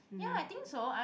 ya I think so I